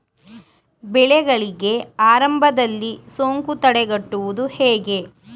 ಬೆಳೆಗಳಿಗೆ ಆರಂಭದಲ್ಲಿ ಸೋಂಕು ತಡೆಗಟ್ಟುವುದು ಹೇಗೆ?